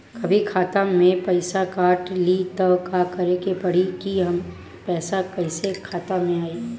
कभी खाता से पैसा काट लि त का करे के पड़ी कि पैसा कईसे खाता मे आई?